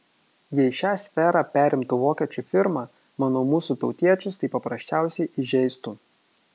jei šią sferą perimtų vokiečių firma manau mūsų tautiečius tai paprasčiausiai įžeistų